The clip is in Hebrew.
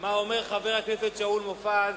מה אומר חבר הכנסת שאול מופז